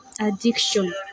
addiction